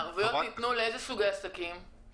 לאיזה סוגי עסקים ניתנו ערבויות?